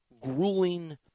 grueling